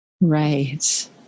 Right